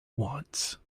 wants